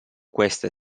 questa